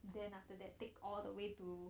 then after that take all the way to